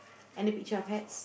any picture of hats